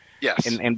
Yes